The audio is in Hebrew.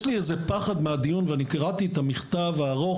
יש לי פחד, קראתי את המכתב הארוך